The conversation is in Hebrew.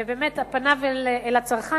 ובאמת פניו אל הצרכן,